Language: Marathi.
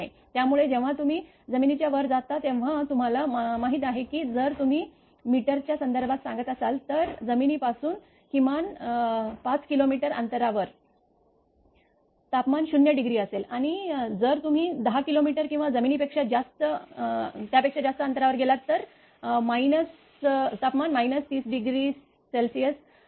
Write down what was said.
त्यामुळे जेव्हा तुम्ही जमिनीच्या वर जाता तेव्हा तुम्हाला माहीत आहे की जर तुम्ही मीटरच्या संदर्भात सांगत असाल तर जमिनीपासून किमान 5 किलोमीटर अंतरावर तापमान 0 डिग्री असेल आणि जर तुम्ही 10 किलोमीटर किंवा जमिनी पेक्षा जास्त गेलात तर तापमान 30° असेल